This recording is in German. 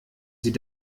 sie